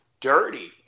dirty